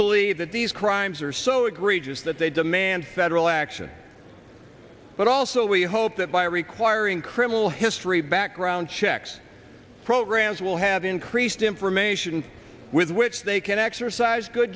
believe that these crimes are so egregious that they demand federal action but also we hope that by requiring criminal history background checks programs will have increased information with which they can exercise good